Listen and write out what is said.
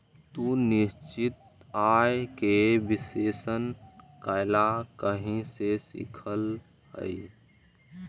तू निश्चित आय के विश्लेषण कइला कहीं से सीखलऽ हल?